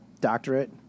doctorate